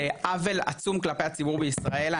זה עוול עצום כלפי הציבור בישראל.